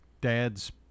dad's